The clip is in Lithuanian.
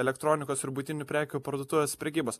elektronikos ir buitinių prekių parduotuves prekybos